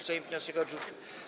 Sejm wniosek odrzucił.